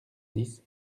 dix